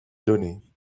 donnée